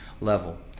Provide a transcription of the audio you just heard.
level